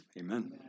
amen